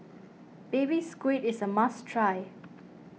Baby Squid is a must try